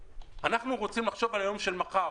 אנחנו רוצים לחשוב על היום של מחר,